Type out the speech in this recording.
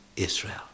Israel